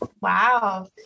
Wow